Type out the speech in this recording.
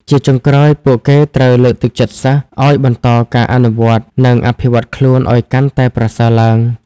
ជាចុងក្រោយ ពួកគេត្រូវ លើកទឹកចិត្តសិស្ស ឱ្យបន្តការអនុវត្ត និងអភិវឌ្ឍខ្លួនឱ្យកាន់តែប្រសើរឡើង។